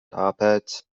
tāpēc